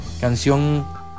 canción